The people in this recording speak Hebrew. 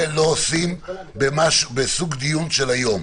זה לא עושים בסוג דיון של היום.